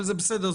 אבל בסדר,